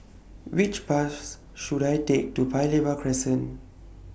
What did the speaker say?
Which Bus should I Take to Paya Lebar Crescent